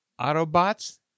Autobots